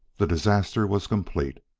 the disaster was complete,